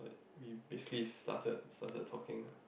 we basically started started talking